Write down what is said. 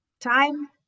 time